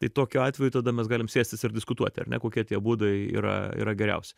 tai tokiu atveju tada mes galim sėstis ir diskutuoti ar ne kokie tie būdai yra yra geriausi